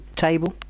table